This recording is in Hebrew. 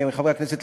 מחברי הכנסת,